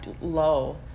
low